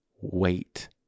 Wait